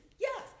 Yes